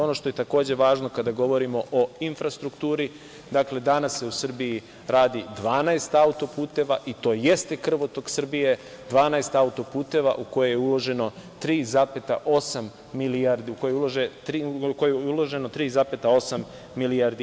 Ono što je takođe važno kada govorimo o infrastrukturi, dakle danas se u Srbiji radi 12 autoputeva i to jeste krvotok Srbije, 12 autoputeva u koje je uloženo 3,8 milijardi evra.